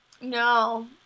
No